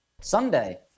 Sunday